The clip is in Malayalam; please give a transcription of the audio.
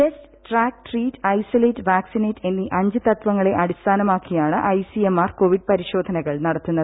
test track treat isolate vaccinate എന്നീ അഞ്ച് തത്വങ്ങളെ അടിസ്ഥാനമാക്കിയാണ് I C M R covid പരിശോധനകൾ നടത്തുന്നത്